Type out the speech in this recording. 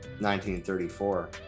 1934